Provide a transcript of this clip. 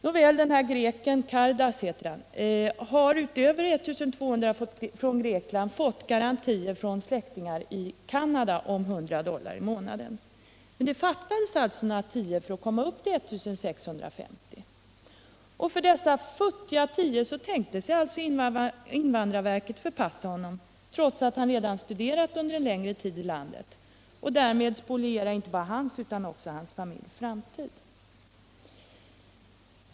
Nåväl, den här greken, Kardas, har utöver de 1200 kronorna från Grekland fått garantier av släktingar i Canada om 100 dollar i månaden. Men det fattades alltså några tior för att han skulle komma upp till I 650 kr., och för dessa futtiga tior tänkte sig alltså invandrarverket att förpassa honom, trots att han redan har studerat under en längre tid i landet, och därmed spoliera inte bara hans utan också hans familjs framtid.